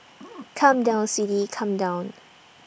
come down sweetie come down